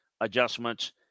adjustments